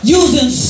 using